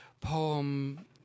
poem